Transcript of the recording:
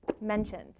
mentioned